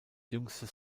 jüngstes